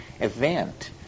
event